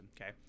okay